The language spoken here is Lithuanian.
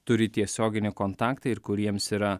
turi tiesioginį kontaktą ir kuriems yra